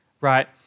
right